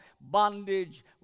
bondage